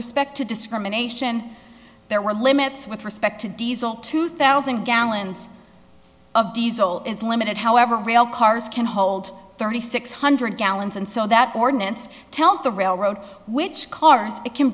respect to discrimination there were limits with respect to diesel two thousand gallons of diesel is limited however rail cars can hold thirty six hundred gallons and so that ordinance tells the railroad which cars